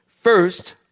First